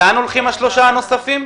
לאן הולכים שלושת המכשירים הנוספים?